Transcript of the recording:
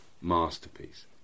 masterpiece